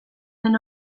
den